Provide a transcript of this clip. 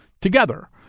together